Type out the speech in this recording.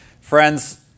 Friends